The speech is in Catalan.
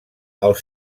els